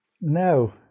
no